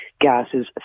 gases